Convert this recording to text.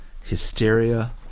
Hysteria